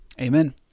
Amen